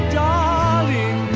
darling